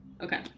Okay